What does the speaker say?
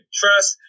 trust